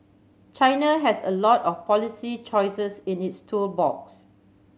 China has a lot of policy choices in its tool box